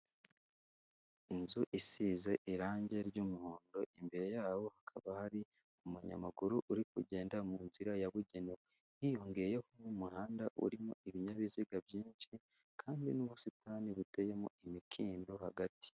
Inzu isize irange ry'umuhondo imbere yabo hakaba hari umunyamaguru uri kugenda mu nzira yabugenewe, hiyongeyeho umuhanda urimo ibinyabiziga byinshi kandi n'ubusitani buteyemo imikindo hagati.